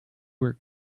were